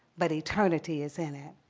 but eternity is in it.